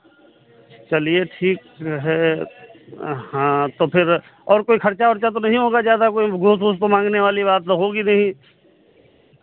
चलिए ठीक है हाँ तो फिर और कोई खर्चा ओर्चा तो नहीं होगा ज़्यादा कोई घूस ऊस तो माँगने वाली बात तो होगी नहीं